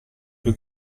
più